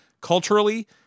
culturally